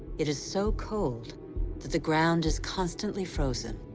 it is so cold that the ground is constantly frozen.